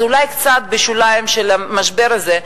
אז אולי קצת בשוליים של המשבר הזה,